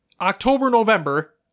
October-November